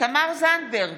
תמר זנדברג,